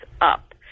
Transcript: up